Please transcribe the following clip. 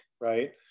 right